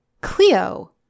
Cleo